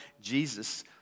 Jesus